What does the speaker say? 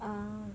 ah